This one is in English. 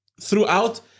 throughout